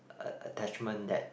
a~ attachment that